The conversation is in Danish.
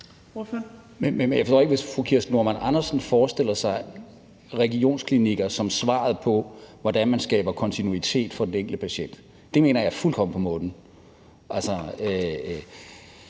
jeg forstår ikke, hvis fru Kirsten Normann Andersen forestiller sig regionsklinikker som svaret på, hvordan man skaber kontinuitet for den enkelte patient. Det mener jeg er fuldkommen på månen.